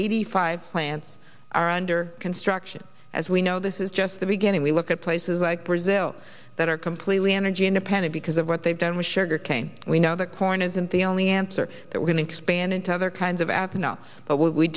eighty five plants are under construction as we know this is just the beginning we look at places like brazil that are completely energy independent because of what they've done with sugar cane we know the corn isn't the only answer that we're going to expand into other kinds of